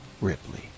Ripley